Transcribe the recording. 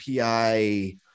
API